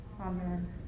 Amen